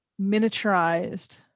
miniaturized